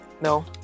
No